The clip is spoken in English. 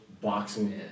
boxing